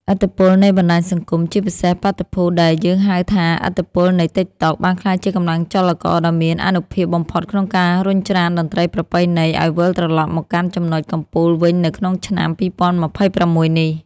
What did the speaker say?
ឥទ្ធិពលនៃបណ្តាញសង្គម ជាពិសេសបាតុភូតដែលយើងហៅថា ឥទ្ធិពលនៃ TikTok បានក្លាយជាកម្លាំងចលករដ៏មានអានុភាពបំផុតក្នុងការរុញច្រានតន្ត្រីប្រពៃណី ឱ្យវិលត្រឡប់មកកាន់ចំណុចកំពូលវិញនៅក្នុងឆ្នាំ ២០២៦ នេះ។